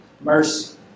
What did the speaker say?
mercy